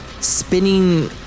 spinning